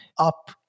Up